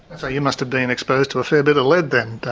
and so you must have been exposed to a fair bit of lead then,